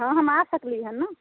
हँ हम आ सकली हँ ने